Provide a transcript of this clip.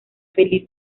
feliz